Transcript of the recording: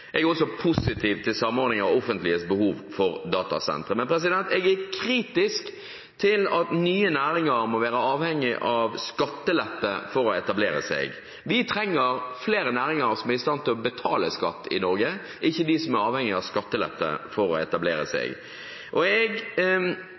Jeg er også positiv til samordningen av det offentliges behov for datasentre. Men jeg er kritisk til at nye næringer må være avhengig av skattelette for å etablere seg. Vi trenger flere næringer som er i stand til å betale skatt i Norge, ikke flere som er avhengig av skattelette for å etablere